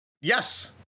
Yes